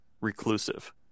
reclusive